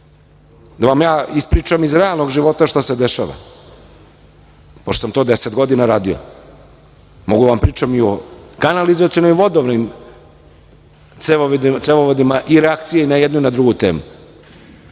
Ja vam pričam iz realnog života šta se dešava pošto sam to deset godina radio. Mogu da vam pričam i o kanalizaciono-vodovodnim cevovodima i reakciji i na jednu i na drugu temu.